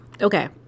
okay